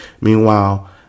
Meanwhile